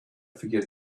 forget